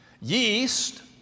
Yeast